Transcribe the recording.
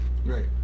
Right